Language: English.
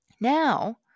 Now